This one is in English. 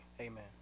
Amen